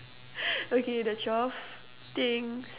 okay the twelve things